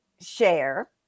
share